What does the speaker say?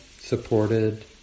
supported